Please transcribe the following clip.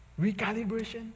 Recalibration